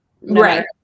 right